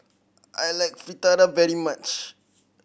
I like Fritada very much